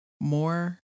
more